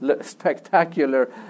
spectacular